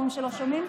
אומרים שלא שומעים.